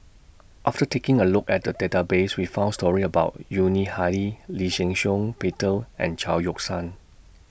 after taking A Look At The Database We found stories about Yuni Hadi Lee Shih Shiong Peter and Chao Yoke San